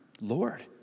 Lord